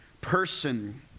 person